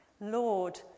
Lord